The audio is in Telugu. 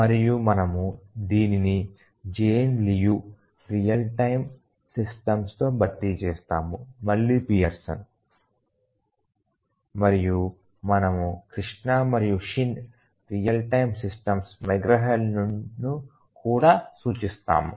మరియు మనము దీనిని Jane Liu real time systems తో భర్తీ చేస్తాము మళ్ళీ పియర్సన్ మరియు మనము Krishna మరియు Shin real time systems McGraw Hillను కూడా సూచిస్తాము